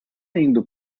indo